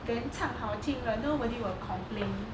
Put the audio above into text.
then 唱好听了 nobody will complain